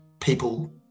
people